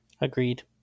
Agreed